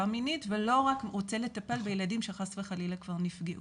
מינית ולא רק רוצה לטפל בילדים שחס וחלילה כבר נפגעו.